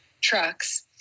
trucks